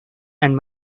and